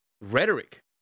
rhetoric